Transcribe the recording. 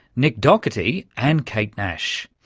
nick doherty and kate nash.